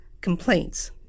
Complaints